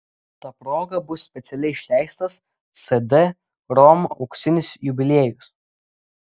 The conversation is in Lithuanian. ta proga bus specialiai išleistas cd rom auksinis jubiliejus